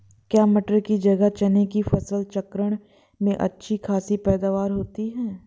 क्या मटर की जगह चने की फसल चक्रण में अच्छी खासी पैदावार होती है?